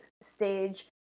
stage